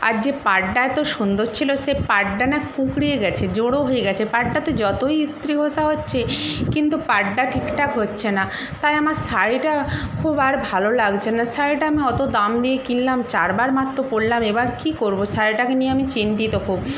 আর যে পাড়টা এত সুন্দর ছিল সে পাড়টা না কুঁকড়ে গিয়েছে জড়ো হয়ে গিয়েছে পাডটাতে যতই ইস্ত্রি ঘষা হচ্ছে কিন্তু পাড়টা ঠিকঠাক হচ্ছে না তাই আমার শাড়িটা খুব আর ভালো লাগছে না শাড়িটা আমি অত দাম দিয়ে কিনলাম চারবার মাত্র পরলাম এবার কী করব শাড়িটাকে নিয়ে আমি চিন্তিত খুব